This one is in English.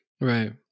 Right